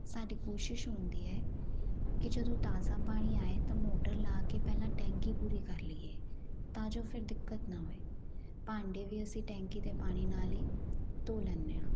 ਸਾਡੀ ਕੋਸ਼ਿਸ਼ ਹੁੰਦੀ ਹੈ ਕਿ ਜਦੋਂ ਤਾਜ਼ਾ ਪਾਣੀ ਆਵੇ ਤਾਂ ਮੋਟਰ ਲਗਾ ਕੇ ਪਹਿਲਾਂ ਟੈਂਕੀ ਪੂਰੀ ਕਰ ਲਈਏ ਤਾਂ ਜੋ ਫਿਰ ਦਿੱਕਤ ਨਾ ਹੋਵੇ ਭਾਂਡੇ ਵੀ ਅਸੀਂ ਟੈਂਕੀ ਦੇ ਪਾਣੀ ਨਾਲ ਹੀ ਧੋ ਲੈਂਦੇ ਹਾਂ